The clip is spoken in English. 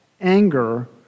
anger